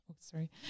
Sorry